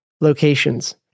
locations